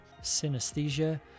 synesthesia